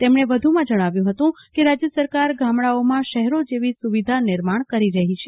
તેમણે વધુમાં જણાવ્યું હતું કે રાજ્ય સરકાર ગામડાંઓમાં શહેરો જેવી સુવિધા નિર્માણ કરી રહી છે